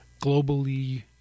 globally